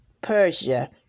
Persia